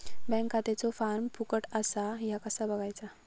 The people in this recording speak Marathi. बँक खात्याचो फार्म फुकट असा ह्या कसा बगायचा?